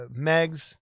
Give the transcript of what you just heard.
Megs